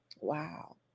Wow